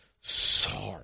Sorry